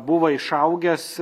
buvo išaugęs